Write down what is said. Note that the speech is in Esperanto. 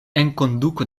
enkonduko